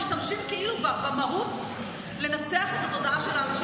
משתבשים בדיוק במהות לנתח את התודעה של אנשים